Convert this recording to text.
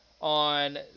on